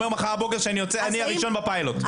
מחר בבוקר הוא הראשון בפיילוט,